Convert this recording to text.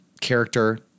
character